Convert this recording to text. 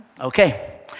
Okay